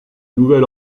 nouvel